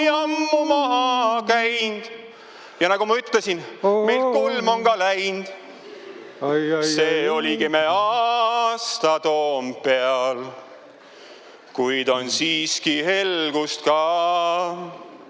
ja nagu ma ütlesin: meid kolm on ka läind. See oligi me aasta Toompeal. Kuid on siiski helgust ka